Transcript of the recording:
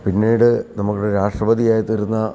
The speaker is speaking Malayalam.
പിന്നീട് നമുക്ക് രാഷ്ട്രപതിയായിത്തീർന്ന